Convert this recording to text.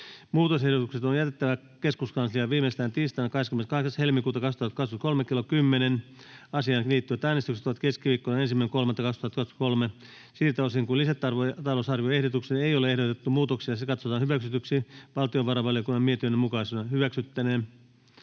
Muutosehdotukset on jätettävä keskuskansliaan viimeistään tiistaina 28.2.2023 kello 10. Asiaan liittyvät äänestykset ovat keskiviikkona 1.3.2023. Siltä osin kuin lisätalousarvioehdotukseen ei ole ehdotettu muutoksia, se katsotaan hyväksytyksi valtiovarainvaliokunnan mietinnön mukaisena.